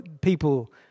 people